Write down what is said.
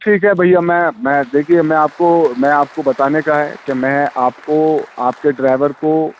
ٹھیک ہے بھیا میں میں دیکھیے میں آپ کو میں آپ کو بتانے کا ہے کہ میں آپ کو آپ کے ڈرائیور کو